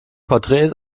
porträts